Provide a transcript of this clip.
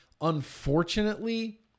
unfortunately